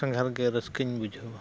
ᱥᱟᱸᱜᱷᱟᱨ ᱜᱮ ᱨᱟᱹᱥᱠᱟᱹᱧ ᱵᱩᱡᱷᱟᱹᱣᱟ